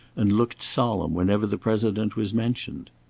and looked solemn whenever the president was mentioned.